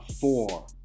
four